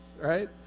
right